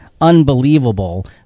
unbelievable